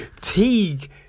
Teague